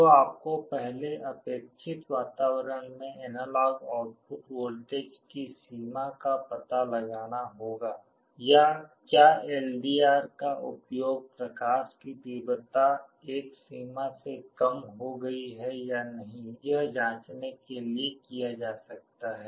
तो आपको पहले अपेक्षित वातावरण में एनालॉग आउटपुट वोल्टेज की सीमा का पता लगाना होगा या क्या LDR का उपयोग प्रकाश की तीव्रता एक सीमा से कम हो गई है या नहीं यह जांचने के लिए किया जा सकता है